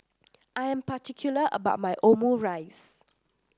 I am particular about my Omurice